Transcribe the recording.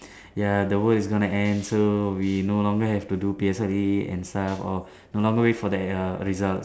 ya the world is gonna end so we no longer have to do P_S_L_E and stuff or no longer wait for the err results